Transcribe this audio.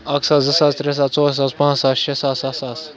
اکھ ساس زٕ ساس ترٛےٚ ساس ژور ساس پانٛژھ ساس شیٚے ساس سَتھ ساس